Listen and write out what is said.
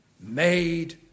made